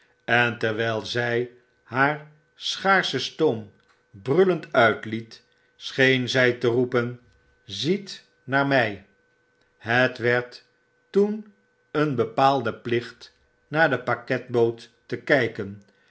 en terwyl zy haar schaarschen stroom brullend uitliet scheen zy te roepen zie naar my het werd toen een bepaalde plicht naar de pakketboot te kyken